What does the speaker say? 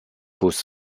bus